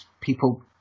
People